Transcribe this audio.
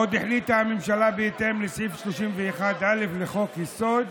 עוד החליטה הממשלה, בהתאם לסעיף 31(א) לחוק-יסוד: